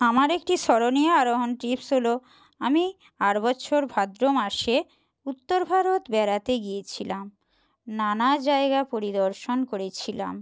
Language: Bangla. আমার একটি স্মরণীয় আরোহণ টিপস হল আমি আগের বছর ভাদ্র মাসে উত্তর ভারত বেড়াতে গিয়েছিলাম নানা জায়গা পরিদর্শন করেছিলাম